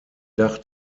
dach